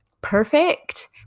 Perfect